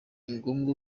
ngombwa